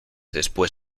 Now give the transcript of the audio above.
después